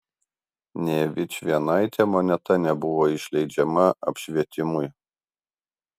nė vičvienaitė moneta nebuvo išleidžiama apšvietimui